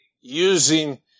using